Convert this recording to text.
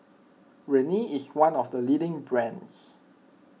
Rene is one of the leading brands